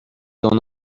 son